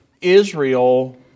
Israel